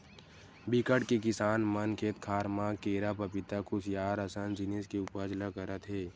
बिकट के किसान मन खेत खार म केरा, पपिता, खुसियार असन जिनिस के उपज ल करत हे